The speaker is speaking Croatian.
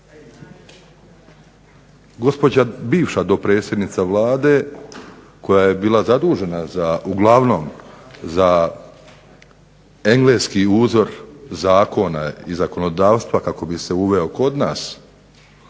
Gospođa bivša dopredsjednica Vlade koja je bila zadužena za, uglavnom, za engleski uzor zakona i zakonodavstva kako bi se uveo kod nas